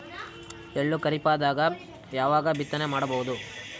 ಎಳ್ಳು ಖರೀಪದಾಗ ಯಾವಗ ಬಿತ್ತನೆ ಮಾಡಬಹುದು?